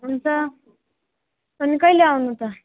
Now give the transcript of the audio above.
हुन्छ अनि कहिले आउनु त